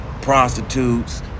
prostitutes